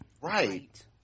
Right